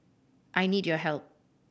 I need your help